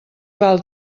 val